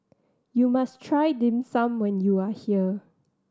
you must try Dim Sum when you are here